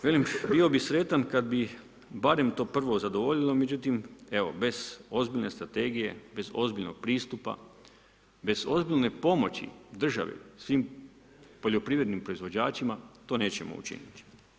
Velim, bio bi sretan, kad bi, barem to prvo zadovoljilo, međutim, bez ozbiljne strategije, bez ozbiljne strategije, bez ozbiljnog pristupa, bez ozbiljne pomoći državi svim poljoprivrednim proizvođačima to nećemo učiniti.